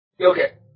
Okay